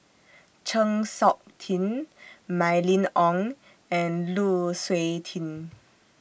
Chng Seok Tin Mylene Ong and Lu Suitin